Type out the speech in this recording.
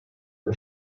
her